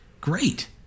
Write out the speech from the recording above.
Great